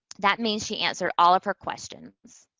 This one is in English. that means she answered all of her questions.